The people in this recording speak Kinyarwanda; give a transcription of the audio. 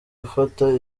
ufata